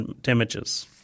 damages